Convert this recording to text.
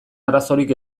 arazorik